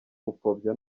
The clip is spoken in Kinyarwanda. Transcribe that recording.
gupfobya